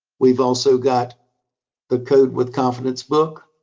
we've also got the code with confidence book,